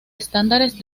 estándares